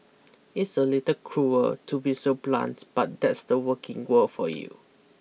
it's a little cruel to be so blunt but that's the working world for you